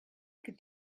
could